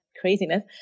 craziness